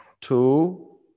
Two